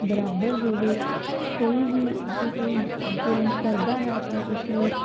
ਬਰਾਬਰ ਹੋਵੇ ਕੋਈ ਵੀ ਜੇ ਕੋਈ ਜ਼ੁ ਜ਼ੁਲਮ ਕਰਦਾ ਹੈ ਤਾਂ ਉਸਨੂੰ